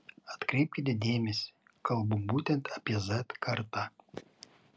atkreipkite dėmesį kalbu būtent apie z kartą